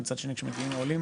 מצד שני כשמגיעים העולים,